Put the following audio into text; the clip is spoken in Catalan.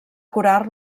curar